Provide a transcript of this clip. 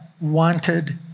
wanted